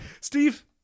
Steve